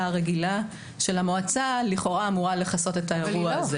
הרגילה של המועצה לכאורה אמורה לכסות את האירוע הזה,